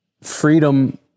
freedom